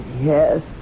Yes